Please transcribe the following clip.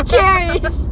Cherries